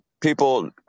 people